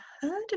heard